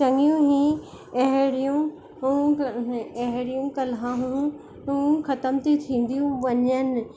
चङियूं ई अहिड़ियूं ऐं अहिड़ियूं कलाऊं हूअं ख़तम थी थींदियूं वञनि